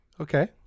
Okay